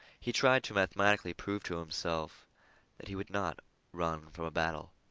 he tried to mathematically prove to himself that he would not run from a battle.